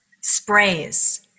sprays